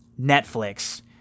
Netflix